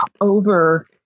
over